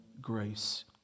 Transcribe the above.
grace